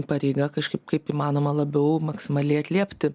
pareiga kažkaip kaip įmanoma labiau maksimaliai atliepti